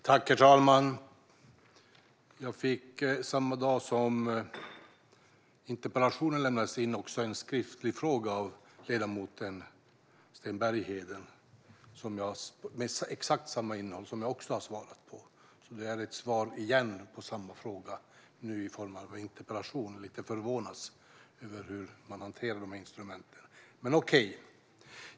Herr talman! Jag fick samma dag som interpellationen lämnades in en skriftlig fråga av ledamoten Sten Bergheden med exakt samma innehåll, som jag har svarat på. Det blir nu ett svar igen på samma fråga, nu i form av en interpellation. Jag är lite förvånad över hur dessa instrument hanteras, men okej.